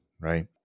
right